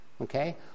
okay